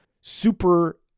super